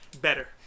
better